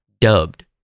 dubbed